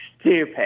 stupid